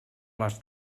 les